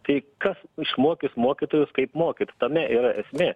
tai kas išmokys mokytojus kaip mokyt tame yra esmė